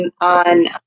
on